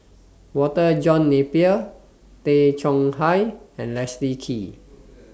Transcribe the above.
Walter John Napier Tay Chong Hai and Leslie Kee